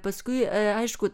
paskui aišku